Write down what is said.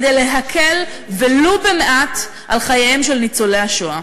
כדי להקל ולו במעט על חייהם של ניצולי השואה.